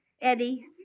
Eddie